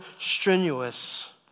strenuous